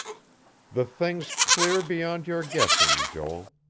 the thing's clear beyond your guessing, joel.